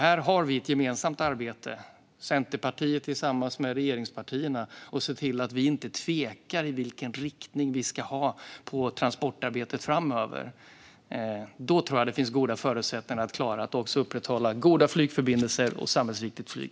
Här har vi ett gemensamt arbete, Centerpartiet tillsammans med regeringspartierna, för att se till att vi inte tvekar i fråga om vilken riktning vi ska ha på transportarbetet framöver. Då tror jag att det finns goda förutsättningar att klara att upprätthålla goda flygförbindelser och samhällsviktigt flyg.